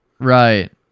right